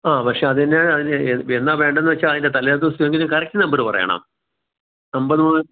ആ പക്ഷേ അതിന് അതിന് എന്നാ വേണ്ടതെന്ന് വച്ചാൽ അതിൻ്റെ തലേദിവസമെങ്കിലും കറക്റ്റ് നമ്പർ പറയണം അമ്പത് മുതൽ